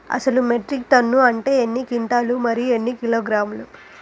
అసలు metric tonne అంటే ఎన్ని క్వింటాలు మరియు ఎన్ని కిలోగ్రాములు?